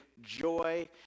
joy